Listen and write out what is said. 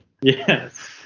Yes